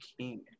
King